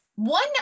One